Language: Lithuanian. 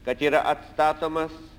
kad yra atstatomas